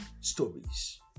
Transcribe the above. stories